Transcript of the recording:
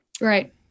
Right